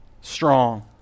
strong